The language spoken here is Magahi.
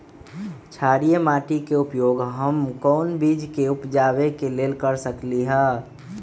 क्षारिये माटी के उपयोग हम कोन बीज के उपजाबे के लेल कर सकली ह?